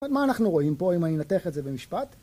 מה אנחנו רואים פה אם אני ינתח את זה במשפט?